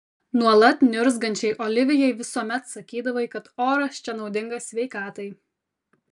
nuolat niurzgančiai olivijai visuomet sakydavai kad oras čia naudingas sveikatai